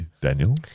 Daniel